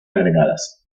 agregadas